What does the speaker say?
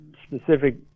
specific